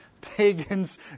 pagans